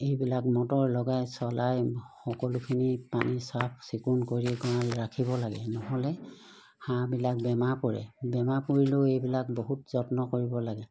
এইবিলাক মটৰ লগাই চলাই সকলোখিনি পানী চাফ চিকুণ কৰি গঁড়াল ৰাখিব লাগে নহ'লে হাঁহবিলাক বেমাৰ পৰে বেমাৰ পৰিলেও এইবিলাক বহুত যত্ন কৰিব লাগে